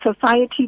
society